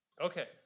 Okay